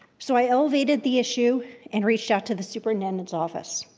so i elevated the issue and reached out to the superintendent's office.